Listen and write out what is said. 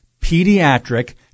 pediatric